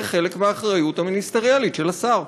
זה חלק מהאחריות המיניסטריאלית של השר.